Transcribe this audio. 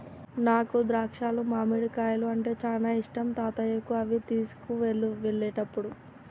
నాకు ద్రాక్షాలు మామిడికాయలు అంటే చానా ఇష్టం తాతయ్యకు అవి తీసుకువెళ్ళు వెళ్ళేటప్పుడు